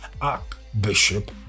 Archbishop